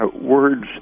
words